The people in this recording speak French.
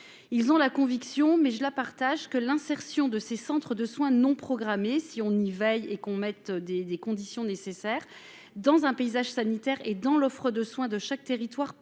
ils ont la conviction mais je la partage, que l'insertion de ces centres de soins non programmés, si on y veille et qu'on mette des des conditions nécessaires dans un paysage sanitaire et dans l'offre de soin de chaque territoire